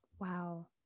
Wow